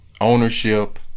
ownership